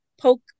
poke